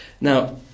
Now